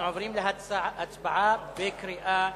אנחנו עוברים להצבעה בקריאה